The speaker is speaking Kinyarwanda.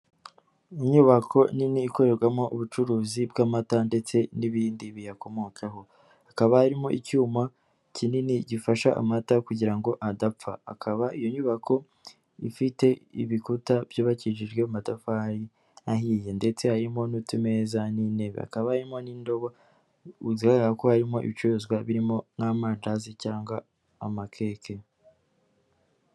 Inyubako nini ikorerwamo ubucuruzi bw'amata ndetse n'ibindi biyakomokaho. Hakaba harimo icyuma kinini gifasha amata kugira ngo adapfa, akaba iyo nyubako ifite ibikuta byubakishijwe amatafari ahiye ndetse harimo n'utumeza n'intebe hakabamo n'indobo zigaragara ko harimo ibicuruzwa birimo n'amandazibcyangwa amakeke.